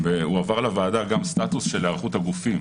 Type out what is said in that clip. הועבר לוועדה גם סטטוס של היערכות הגופים